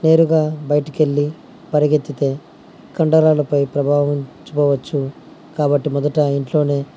నేరుగా బయటికి వెళ్ళి పరిగెత్తితే కండారాలపై ప్రభావం చూపవచ్చు కాబట్టి మొదట ఇంట్లో